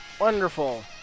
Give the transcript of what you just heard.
Wonderful